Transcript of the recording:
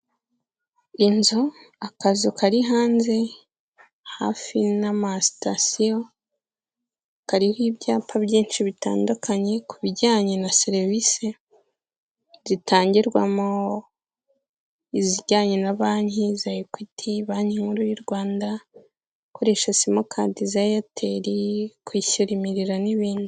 Inzu akazu kari hanze hafi n'amasitasiyo, kariho ibyapa byinshi bitandukanye ku bijyanye na serivisi zitangirwamo izijyanye na banki, za equty, banki nkuru y'u Rwanda ikoresha sima kadi za Airtel kwishyura imirira n'ibindi.